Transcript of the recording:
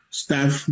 staff